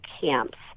camps